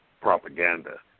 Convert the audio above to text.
propaganda